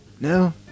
No